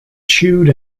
chewed